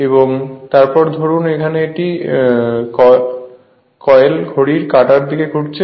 এবং তারপর ধরুন এখানে একটি কয়েল ঘড়ির কাঁটার দিকে ঘুরছে